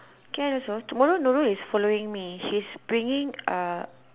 can also tomorrow Nurul is following me she's bringing uh